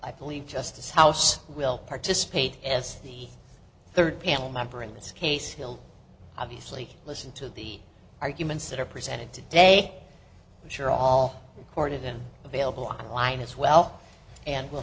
i believe justice house will participate as the third panel member in this case he'll obviously listen to the arguments that are presented today which are all court and then available on line as well and we'll